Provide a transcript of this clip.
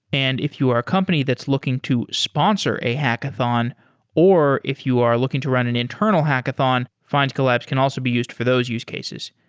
and if you are a company that's looking to sponsor a hackathon or if you are looking to run an internal hackathon, findcollabs can also be used for those use cases.